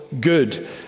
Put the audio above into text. good